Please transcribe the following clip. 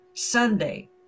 Sunday